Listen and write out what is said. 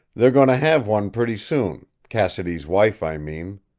they're going to have one pretty soon cassidy's wife, i mean.